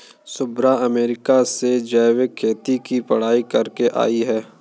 Shubhra America से जैविक खेती की पढ़ाई करके आई है